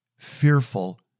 fearful